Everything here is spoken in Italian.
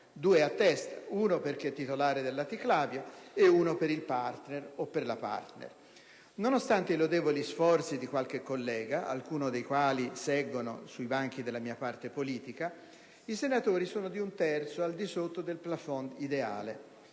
due a testa (uno per chi è titolare del laticlavio e uno per il o la partner). Nonostante i lodevoli sforzi di qualche collega, qualcuno dei quali siede tra i banchi della mia parte politica, i senatori sono di un terzo al di sotto del *plafond* ideale.